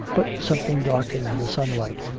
but something darkens the sunlight,